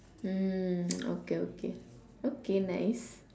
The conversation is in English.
hmm okay okay okay nice